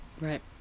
right